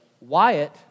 Wyatt